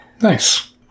Nice